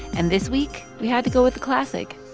and this week, we had to go with a classic